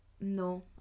no